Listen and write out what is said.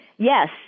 Yes